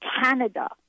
Canada